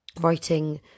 Writing